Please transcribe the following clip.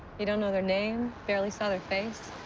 you don't know their name, barely saw their face.